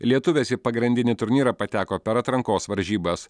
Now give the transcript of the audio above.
lietuvės į pagrindinį turnyrą pateko per atrankos varžybas